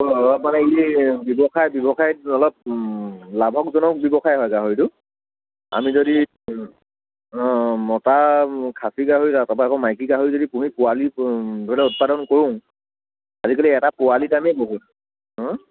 মানে ই ব্যৱসায়ত ব্যৱসায়ত অলপ লাভজনক ব্যৱসায় হয় গাহৰিটো আমি যদি মতা খাচী গাহৰি তাৰপৰা আকৌ মাইকী গাহৰি যদি পুহোঁ পোৱালী মানে উৎপাদন কৰোঁ আজিকালি এটা পোৱালী দামেই বহুত হু